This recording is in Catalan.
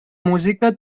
música